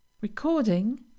Recording